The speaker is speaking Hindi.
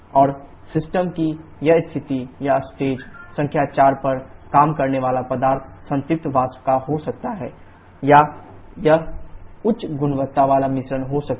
और सिस्टम की यह स्थिति या स्टेट संख्या 4 पर काम करने वाला पदार्थ संतृप्त वाष्प का हो सकता है या यह उच्च गुणवत्ता वाला मिश्रण हो सकता है